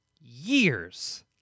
years